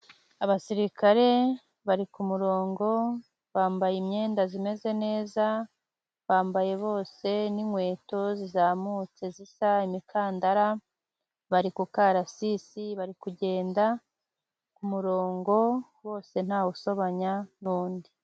Abasirikare bari ku murongo bambaye imyenda imeze neza, bambaye bose n'inkweto zizamutse zisa, imikandara , bari ku karasisi , bari kugenda ku murongo bose ntawe usobanya n'undi.